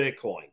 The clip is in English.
Bitcoin